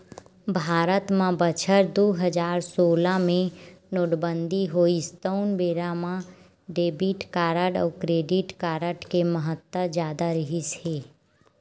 भारत म बछर दू हजार सोलह मे नोटबंदी होइस तउन बेरा म डेबिट कारड अउ क्रेडिट कारड के महत्ता जादा रिहिस हे